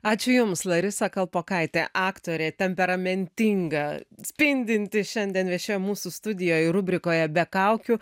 ačiū jums larisa kalpokaitė aktorė temperamentinga spindinti šiandien viešėjo mūsų studijoj rubrikoje be kaukių